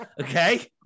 Okay